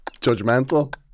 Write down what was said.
judgmental